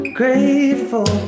grateful